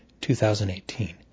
2018